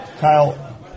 Kyle